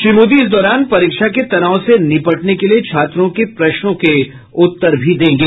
श्री मोदी इस दौरान परीक्षा के तनाव से निपटने के लिए छात्रों के प्रश्नों के उत्तर भी देंगे